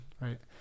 Right